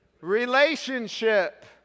relationship